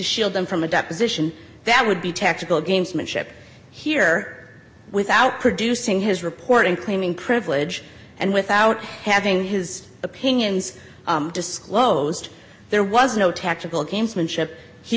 shield them from a deposition that would be tactical gamesmanship here without producing his reporting claiming privilege and without having his opinions disclosed there was no tactical gamesmanship he